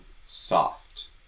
soft